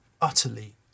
utterly